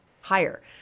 higher